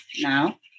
now